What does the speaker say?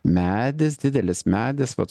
medis didelis medis vat